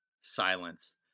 Silence